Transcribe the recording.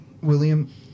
William